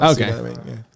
Okay